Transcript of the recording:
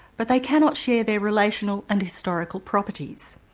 but they cannot share their relational and historical properties.